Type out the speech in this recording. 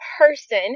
person